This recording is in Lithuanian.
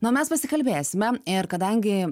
na o mes pasikalbėsime ir kadangi